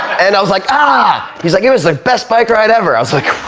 and i was like, ahh. he was like, it was the best bike ride ever. i was like,